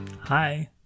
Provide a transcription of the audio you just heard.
Hi